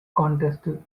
contested